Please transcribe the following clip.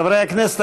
חברי הכנסת,